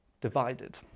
divided